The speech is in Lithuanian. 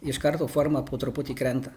iš karto forma po truputį krenta